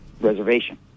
reservation